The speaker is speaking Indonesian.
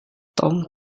tom